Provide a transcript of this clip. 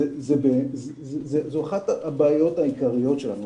זו אחת הבעיות העיקריות שלנו.